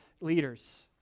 leaders